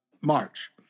March